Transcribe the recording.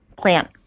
plant